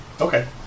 Okay